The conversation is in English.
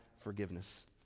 forgiveness